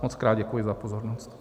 Mockrát děkuji za pozornost.